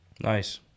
nice